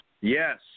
Yes